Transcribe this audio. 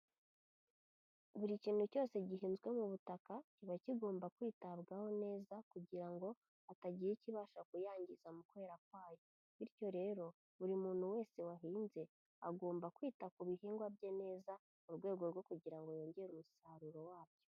Buri kintu cyose gihinzwe mu butaka kiba kigomba kwitabwaho neza kugira ngo hatagira ikibasha kuyangiza mu kwera kwayo, bityo rero buri muntu wese wahinze agomba kwita ku bihingwa bye neza, mu rwego rwo kugira ngo yongere umusaruro wabyo.